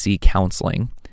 Counseling